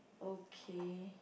okay